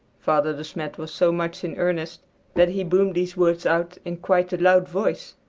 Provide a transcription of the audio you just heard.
father de smet was so much in earnest that he boomed these words out in quite a loud voice.